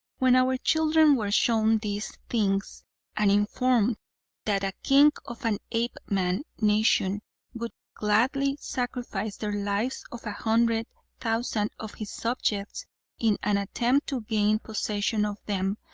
when our children were shown these things and informed that a king of an apeman nation would gladly sacrifice the lives of a hundred thousand of his subjects in an attempt to gain possession of them,